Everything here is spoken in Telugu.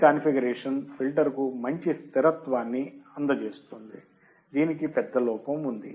ఈ కాన్ఫిగరేషన్ ఫిల్టర్కు మంచి స్థిరత్వాన్ని అందిస్తుంది దీనికి పెద్ద లోపం ఉంది